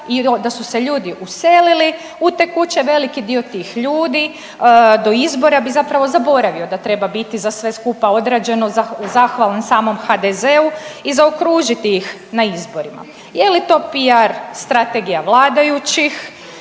i da su se ljudi uselili u te kuće. Veliki dio tih ljudi do izbora bi zapravo zaboravio da treba biti za sve skupa odrađeno zahvalan samom HDZ-u i zaokružiti ih na izborima. Je li to PR strategija vladajućih?